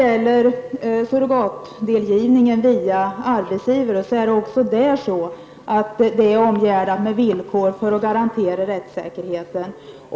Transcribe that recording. Även surrogatdelgivning via arbetsgivare omgärdas med villkor för att garantera rättssäkerheten.